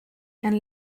and